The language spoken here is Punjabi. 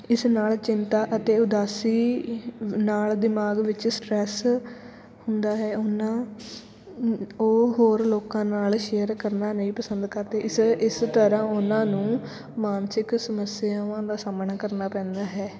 ਇਸ ਨਾਲ ਚਿੰਤਾ ਅਤੇ ਉਦਾਸੀ ਨਾਲ ਦਿਮਾਗ ਵਿੱਚ ਸਟਰੈਸ ਹੁੰਦਾ ਹੈ ਉਹਨਾਂ ਉਹ ਹੋਰ ਲੋਕਾਂ ਨਾਲ ਸ਼ੇਅਰ ਕਰਨਾ ਨਹੀਂ ਪਸੰਦ ਕਰਦੇ ਇਸ ਇਸ ਤਰ੍ਹਾਂ ਉਹਨਾਂ ਨੂੰ ਮਾਨਸਿਕ ਸਮੱਸਿਆਵਾਂ ਦਾ ਸਾਹਮਣਾ ਕਰਨਾ ਪੈਂਦਾ ਹੈ